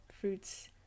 fruits